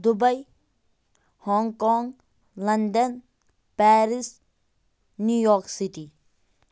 Dubai Hong Kong London Paris New York city